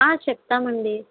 ఆ చెప్తామండి